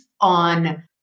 on